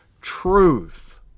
truth